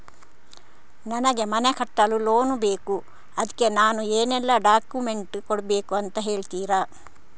ನನಗೆ ಮನೆ ಕಟ್ಟಲು ಲೋನ್ ಬೇಕು ಅದ್ಕೆ ನಾನು ಏನೆಲ್ಲ ಡಾಕ್ಯುಮೆಂಟ್ ಕೊಡ್ಬೇಕು ಅಂತ ಹೇಳ್ತೀರಾ?